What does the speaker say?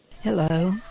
Hello